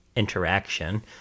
interaction